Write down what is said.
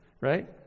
right